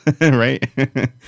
Right